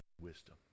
wisdom